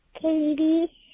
Katie